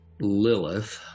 Lilith